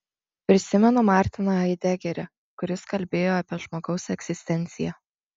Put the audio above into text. prisimenu martiną haidegerį kuris kalbėjo apie žmogaus egzistenciją